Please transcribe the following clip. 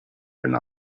been